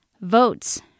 votes